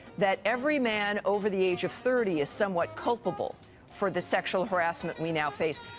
that every man over the age of thirty is somewhat culpable for the sexual harassment we now face.